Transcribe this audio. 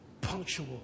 Punctual